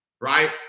right